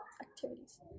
activities